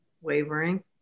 wavering